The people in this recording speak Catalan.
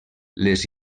les